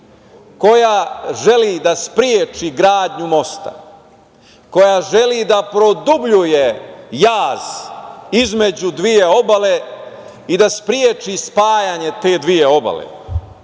koja želi da spreči gradnju, koja želi da produbljuje jaz između dve obale i da spreči spajanje te dve obale. Zato